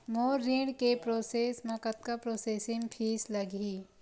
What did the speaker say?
मोर ऋण के प्रोसेस म कतका प्रोसेसिंग फीस लगही?